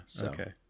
Okay